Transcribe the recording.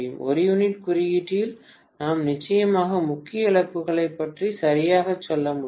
ஒரு யூனிட் குறியீட்டில் நாம் நிச்சயமாக முக்கிய இழப்புகளைப் பற்றி சரியாகச் சொல்ல முடியும்